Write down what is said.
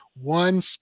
one